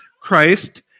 Christ